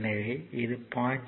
எனவே இது 0